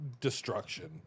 destruction